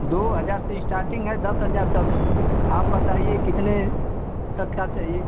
दो हजार से इस्टाटिंग है दस हजार तक आप बताइए कितने तक का चाहिए